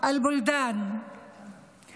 דברים בשפה הערבית,